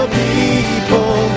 people